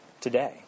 today